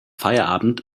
feierabend